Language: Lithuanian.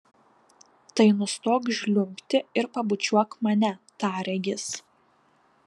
tai nustok žliumbti ir pabučiuok mane tarė jis